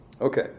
Okay